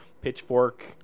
pitchfork